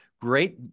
great